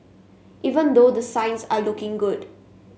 even though the signs are looking good